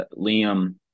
Liam